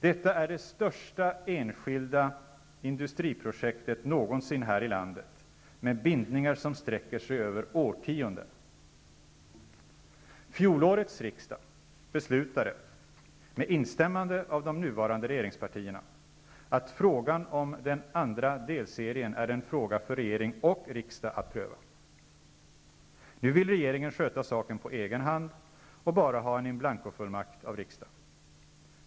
Detta är det största enskilda industriprojektet någonsin här i landet med bindningar som sträcker sig över årtionden. Fjolårets riksdag beslutade, med instämmande av de nuvarande regeringspartierna, att frågan om den andra delserien är en fråga för regering och riksdag att pröva. Nu vill regeringen sköta saken på egen hand och bara ha en in blancofullmakt av riksdagen.